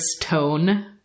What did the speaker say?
tone